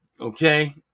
okay